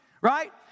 right